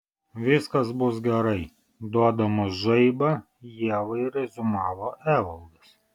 viskas bus gerai duodamas žaibą ievai reziumavo evaldas